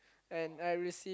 and I received